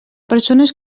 persones